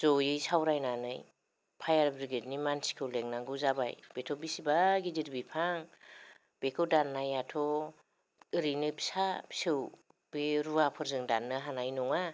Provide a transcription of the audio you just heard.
ज'यै सावरायनानै फायार ब्रिगेडनि मानसिखौ लिंनांगौ जाबाय बिसिबा गिदिर बिफां बेखौ दाननायाथ' ओरैनो फिसा फिसौ बियो रुवाफोरजों दाननो हानाय नङा